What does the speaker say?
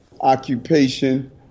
occupation